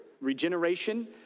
regeneration